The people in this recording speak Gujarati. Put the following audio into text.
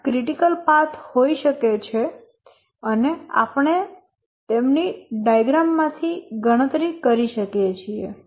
ત્યાં ક્રિટિકલ પાથ હોઈ શકે છે અને આપણે તેમની ડાયાગ્રામ માંથી ગણતરી કરી શકીએ છીએ